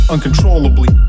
Uncontrollably